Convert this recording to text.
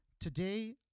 Today